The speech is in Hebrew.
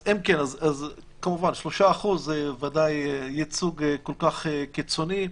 כמובן ש-3% זה ודאי ייצוג כל כך קיצוני.